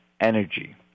energy